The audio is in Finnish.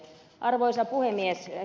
arvoisa puhemies